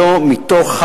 שלא מתוך,